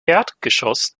erdgeschoss